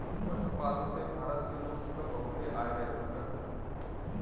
पशुपालन पे भारत के लोग क बहुते आय निर्भर करला